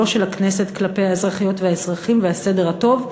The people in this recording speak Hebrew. לא של הכנסת כלפי האזרחיות והאזרחים והסדר הטוב,